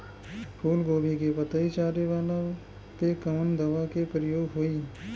फूलगोभी के पतई चारे वाला पे कवन दवा के प्रयोग होई?